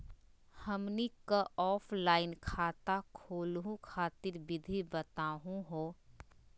हमनी क ऑफलाइन खाता खोलहु खातिर विधि बताहु हो?